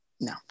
No